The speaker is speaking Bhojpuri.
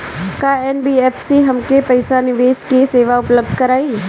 का एन.बी.एफ.सी हमके पईसा निवेश के सेवा उपलब्ध कराई?